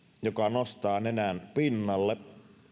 joka nostaa nenän pinnalle